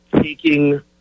taking